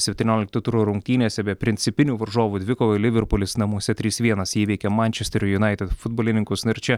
septyniolikto turo rungtynėse be principinių varžovų dvikovoj liverpulis namuose trys vienas įveikė mančesterio junaitid futbolininkus na ir čia